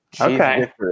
Okay